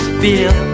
feel